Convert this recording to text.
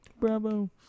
Bravo